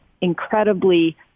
incredibly